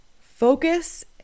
Focus